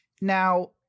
Now